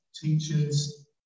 teachers